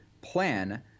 plan